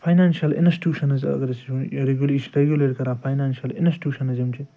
financial institutions اگر أسۍ وُچھو یہِ رِگو یہِ چھُ ریٚگولیٹ کَران فاینانشل اِنسٹوٗشنٕز یِم چھِ